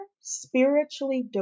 spiritually